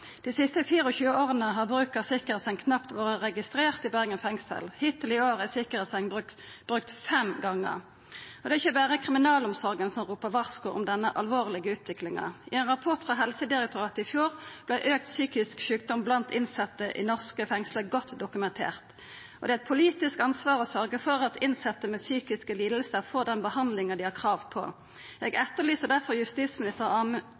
Dei siste 24 åra har bruk av sikkerheitsseng knappast vore registrert i Bergen fengsel. Hittil i år er sikkerheitsseng brukt fem gonger. Det er ikkje berre kriminalomsorga som ropar varsku om denne alvorlege utviklinga. I ein rapport frå Helsedirektoratet i fjor blei auka omfang av psykisk sjukdom blant innsette i norske fengsel godt dokumentert. Det er eit politisk ansvar å sørgja for at innsette med psykiske lidingar får den behandlinga dei har krav på. Eg etterlyser derfor justisminister